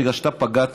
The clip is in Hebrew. בגלל שאתה פגעת,